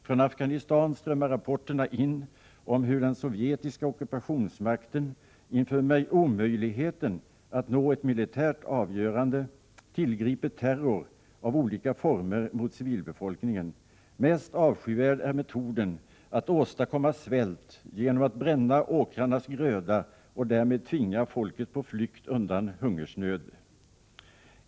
Från Afghanistan strömmar rapporter in om hur den sovjetiska ockupationsmakten, inför omöjligheten att nå ett militärt avgörande, tillgriper terror av olika former mot civilbefolkningen. Mest avskyvärd är metoden att åstadkomma svält genom att bränna åkrarnas gröda och därmed tvinga folket på flykt undan hungersnöd.